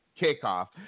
kickoff